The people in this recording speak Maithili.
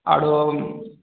आरो